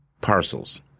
Parcels